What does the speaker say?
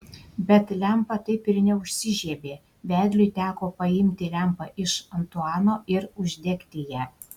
bet lempa taip ir neužsižiebė vedliui teko paimti lempą iš antuano ir uždegti ją